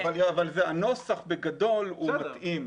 אבל הנוסח בגדול הוא מתאים.